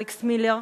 אלכס מילר,